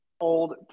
Old